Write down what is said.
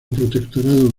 protectorado